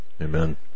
Amen